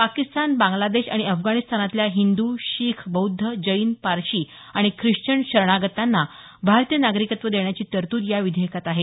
पाकिस्तान बांगलादेश आणि अफगाणिस्तानातल्या हिंदू शीख बौद्ध जैन पारशी आणि ख्रिश्चन शरणागतांना भारतीय नागरिकत्व देण्याची तरतूद या विधेयकात आहे